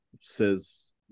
says